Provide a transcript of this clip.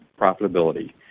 profitability